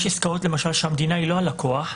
יש עסקאות למשל שהמדינה היא לא לקוח,